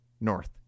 north